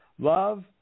love